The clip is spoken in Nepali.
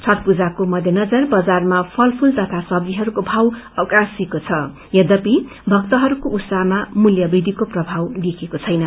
छठ पूजाको मध्य नजर बजारमा फलफूल तथा सब्जीहरूको भाव आकासिएको छ यद्यपि भक्तहरूको उत्साहमा मूल्य वृचिको प्रभाव देखिएको छैन